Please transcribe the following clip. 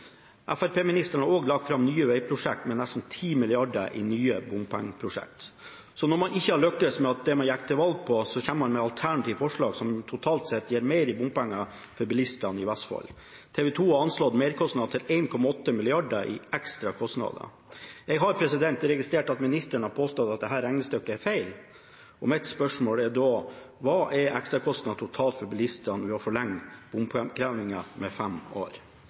Fremskrittsparti-ministeren har også lagt fram nye vegprosjekter med nesten 10 mrd. kr i nye bompengeprosjekter. Så når man ikke har lyktes med det man gikk til valg på, kommer man med alternative forslag som totalt sett gir mer i bompenger til bilistene i Vestfold. TV 2 har anslått merkostnadene til 1,8 mrd. kr i ekstra kostnader. Jeg har registrert at ministeren har påstått at dette regnestykket er feil, og mitt spørsmål er da: Hva er ekstrakostnadene totalt for bilistene ved å forlenge bompengeinnkrevingen med fem år?